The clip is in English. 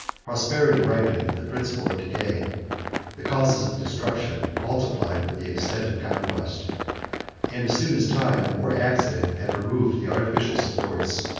prosperity ripened the principle of decay the causes of destruction multiplied with the extent of conquest and as soon as time or accident had removed the artificial supports,